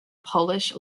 polish